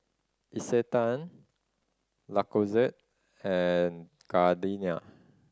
Isetan Lacoste and Gardenia